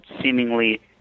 seemingly